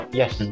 yes